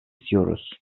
istiyoruz